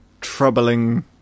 troubling